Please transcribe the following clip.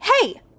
Hey